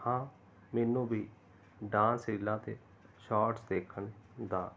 ਹਾਂ ਮੈਨੂੰ ਵੀ ਡਾਂਸ ਰੀਲਾਂ ਅਤੇ ਸ਼ਾਰਟਸ ਦੇਖਣ ਦਾ